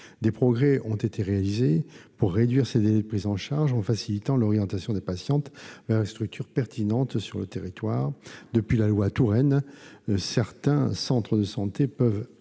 Des progrès ont été réalisés pour réduire ces délais en facilitant l'orientation des patientes vers des structures pertinentes sur le territoire. Depuis l'adoption de la loi Touraine, certains centres de santé peuvent ainsi